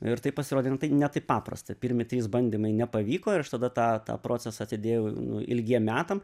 ir tai pasirodė na tai ne taip paprasta pirmi trys bandymai nepavyko ir aš tada tą tą procesą atidėjau ilgiem metam